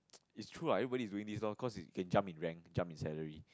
it's true lah everybody is doing this lor cause can jump in rank jump in salary